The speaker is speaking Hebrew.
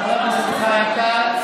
תודה רבה לחבר הכנסת חיים כץ.